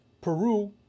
Peru